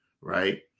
right